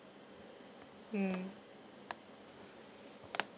mm